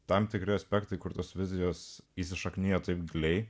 tam tikri aspektai kur tos vizijos įsišakniję taip giliai